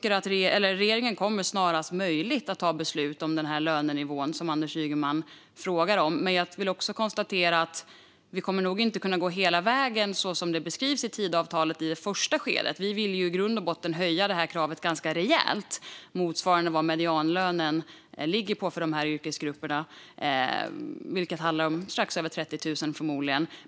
Regeringen kommer snarast möjligt att ta beslut om den lönenivå som Anders Ygeman frågar om. Men jag vill konstatera att vi nog inte kommer att kunna gå hela vägen så som det beskrivs i Tidöavtalet i det första skedet. Vi vill i grund och botten höja detta krav ganska rejält, motsvarande medianlönen för dessa yrkesgrupper, vilket förmodligen handlar om strax över 30 000 kronor.